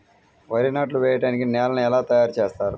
వరి నాట్లు వేయటానికి నేలను ఎలా తయారు చేస్తారు?